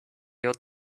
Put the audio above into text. ought